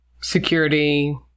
security